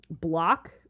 block